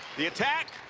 the attack,